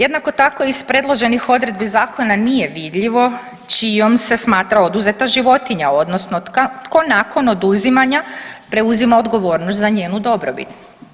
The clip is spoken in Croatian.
Jednako tako iz predloženih odredbi zakona nije vidljivo čijom se smatra oduzeta životinja odnosno tko nakon oduzimanja preuzima odgovornost za njenu dobrobit.